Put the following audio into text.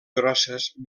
grosses